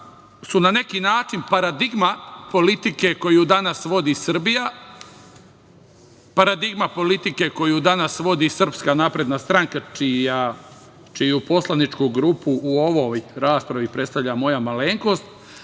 su na neki način paradigma politike koju danas vodi Srbija, paradigma politike koju danas vodi SNS, čiju poslaničku grupu u ovoj raspravi predstavlja moja malenkost,